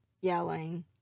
yelling